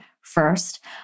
first